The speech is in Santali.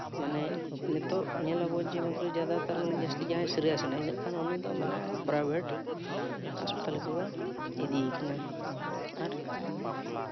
ᱢᱟᱱᱮ ᱱᱤᱛᱚᱜ ᱧᱮᱞᱚᱜᱚᱜ ᱡᱟᱫᱟ ᱛᱟᱨᱢᱟᱱᱮ ᱡᱟᱹᱥᱛᱤ ᱡᱟᱦᱟᱸᱭ ᱥᱤᱨᱤᱭᱟᱥ ᱮᱱᱟᱭ ᱮᱱᱰᱮᱠᱷᱟᱱ ᱩᱱᱤ ᱫᱚ ᱢᱟᱱᱮ ᱯᱨᱟᱭᱵᱷᱮᱹᱴ ᱦᱟᱥᱯᱟᱛᱟᱞ ᱜᱮᱠᱚ ᱤᱫᱤᱭᱮ ᱠᱟᱱᱟ ᱟᱨ